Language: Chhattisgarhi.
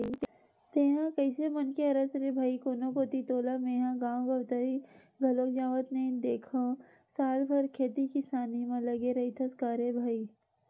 तेंहा कइसे मनखे हरस रे भई कोनो कोती तोला मेंहा गांव गवतरई घलोक जावत नइ देंखव साल भर खेती किसानी म लगे रहिथस का रे भई?